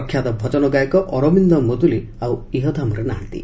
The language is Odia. ପ୍ରଖ୍ୟାତ ଭଜନ ଗାୟକ ଅରବିନ୍ଦ ମୁଦୁଲି ଆଉ ଇହଧାମରେ ନାହାନ୍ତି